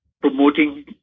promoting